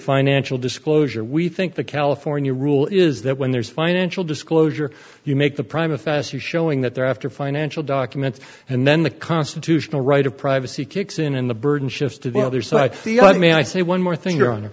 financial disclosure we think the california rule is that when there is financial disclosure you make the prime of faster showing that they're after financial documents and then the constitutional right of privacy kicks in and the burden shifts to the other side the i mean i say one more thing your hon